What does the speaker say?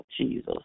Jesus